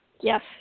Yes